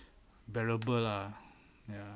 valuable lah ya